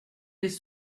les